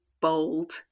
bold